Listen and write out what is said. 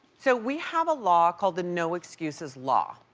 so we have a law, called the no excuses law.